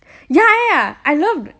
ya ya ya I love